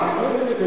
אני